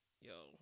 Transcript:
Yo